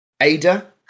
Ada